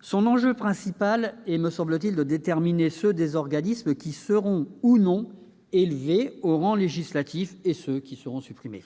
son enjeu principal est de distinguer ceux des organismes qui seront ou non élevés au rang législatif de ceux qui seront supprimés.